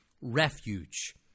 refuge